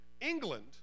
England